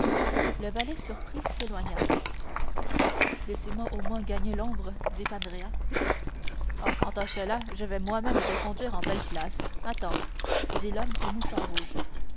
le valet surpris s'éloigna laissez-moi au moins gagner l'ombre dit andrea oh quant à cela je vais moi-même te conduire en belle place attends dit l'homme au mouchoir rouge